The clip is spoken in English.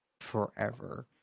forever